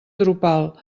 drupal